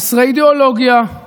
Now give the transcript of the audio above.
חסרי אידיאולוגיה,